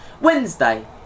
Wednesday